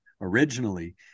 originally